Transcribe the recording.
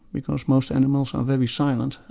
because most animals are very silent,